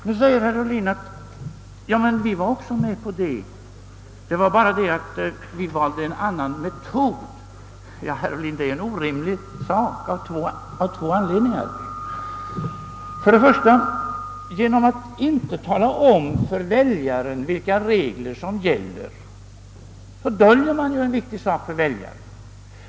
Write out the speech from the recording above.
Nu säger herr Ohlin att hans parti också var med på detta; det var bara det att de föreslog en annan metod. Folkpartiets förslag är en orimlighet, och detta av två skäl. Genom att inte före valet tala om vilka regler som gäller döljer man ju en viktig sak för väljarna.